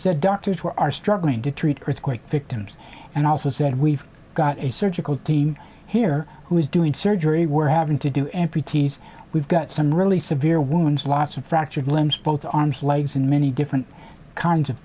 said doctors who are struggling to treat earthquake victims and also said we've got a surgical team here who is doing surgery we're having to do amputees we've got some really severe wounds lots of fractured limbs both the arms legs and many different kinds of